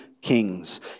kings